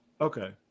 Okay